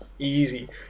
easy